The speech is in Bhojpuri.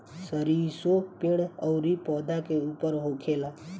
सरीसो पेड़ अउरी पौधा के ऊपर होखेला